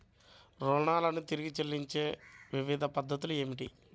రుణాలను తిరిగి చెల్లించే వివిధ పద్ధతులు ఏమిటి?